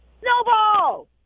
Snowball